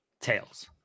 tails